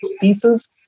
pieces